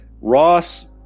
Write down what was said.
Ross